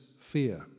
fear